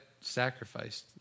sacrificed